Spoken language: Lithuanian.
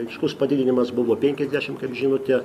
aiškus padidinimas buvo penkiasdešim kaip žinote